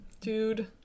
dude